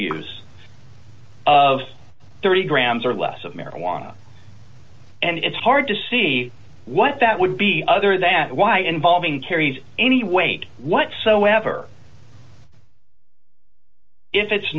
use of thirty grams or less of marijuana and it's hard to see what that would be other that why involving carries any weight whatsoever if it's